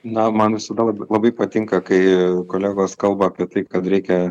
na man visada lab labai patinka kai kolegos kalba apie tai kad reikia